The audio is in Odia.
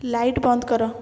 ଲାଇଟ୍ ବନ୍ଦ କର